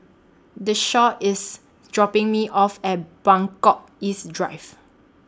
Deshawn IS dropping Me off At Buangkok East Drive